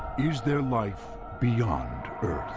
is there life beyond earth?